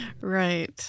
Right